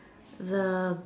the